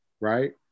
right